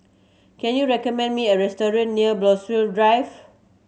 can you recommend me a restaurant near Drive